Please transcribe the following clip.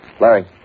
Larry